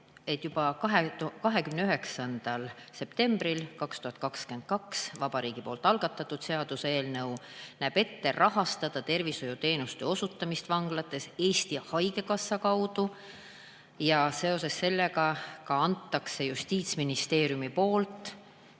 et juba 29. septembril 2022 Vabariigi Valitsuse algatatud seaduseelnõu näeb ette rahastada tervishoiuteenuste osutamist vanglates Eesti Haigekassa kaudu, ja seoses sellega annab Justiitsministeerium, kes